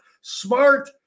Smart